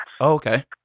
Okay